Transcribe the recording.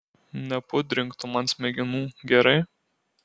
nepudrink tu man smegenų gerai